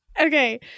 Okay